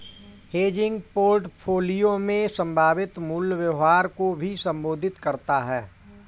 hedging portfolio में संभावित मूल्य व्यवहार को भी संबोधित करता हैं